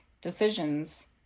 decisions